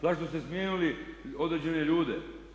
Zašto ste smijenili određene ljude?